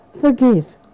forgive